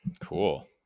Cool